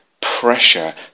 pressure